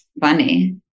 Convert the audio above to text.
funny